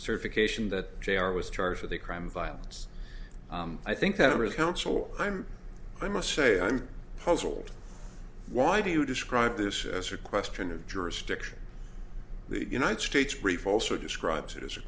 certification that jr was charged with a crime violence i think that is counsel i'm i must say i'm puzzled why do you describe this as a question of jurisdiction the united states brief also describes it as a